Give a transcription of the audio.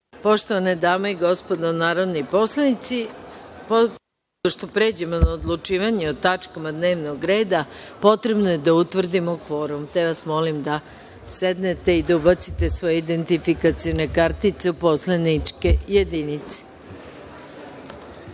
Poštovane dame i gospodo narodni poslanici, pre nego što pređemo na odlučivanje o tačkama dnevnog reda, potrebno je da utvrdimo kvorum, te vas molim da sednete i da ubacite svoje identifikacione kartice u poslaničke